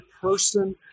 person